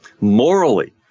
morally